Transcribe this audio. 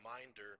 reminder